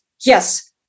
yes